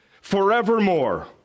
forevermore